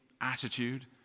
attitude